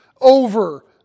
over